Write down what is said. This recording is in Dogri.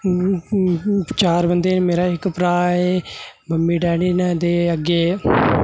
चार बंदें च मेरा इक भ्राऽ ऐ मम्मी डैडी न ते अग्गें